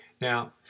Now